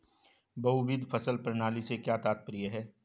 बहुविध फसल प्रणाली से क्या तात्पर्य है?